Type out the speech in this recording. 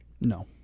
No